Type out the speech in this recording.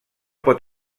pot